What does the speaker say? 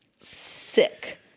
sick